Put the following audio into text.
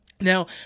now